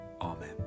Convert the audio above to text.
amen